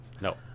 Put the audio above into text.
No